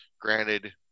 Granted